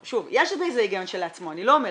שוב, יש בזה היגיון שלעצמו, אני לא אומרת.